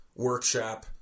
Workshop